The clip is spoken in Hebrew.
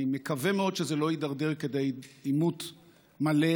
אני מקווה מאוד שזה לא יידרדר לכדי עימות מלא,